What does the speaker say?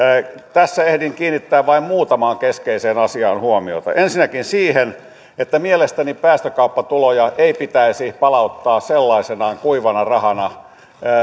tässä ehdin kiinnittää vain muutamaan keskeiseen asiaan huomiota ensinnäkin siihen että mielestäni päästökauppatuloja ei pitäisi palauttaa sellaisenaan kuivana rahana